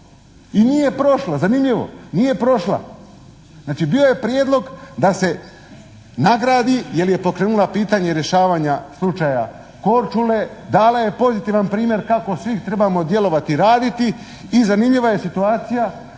i nije prošla, zanimljivo nije prošla. Znači bio je prijedlog da se nagradi jer je pokrenula pitanje rješavanja slučaja Korčule, dala je pozitivan primjer kako od svih trebamo djelovati i raditi i zanimljiva je situacija